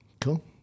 Cool